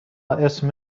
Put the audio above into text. اسم